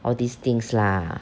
all these things lah